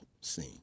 scene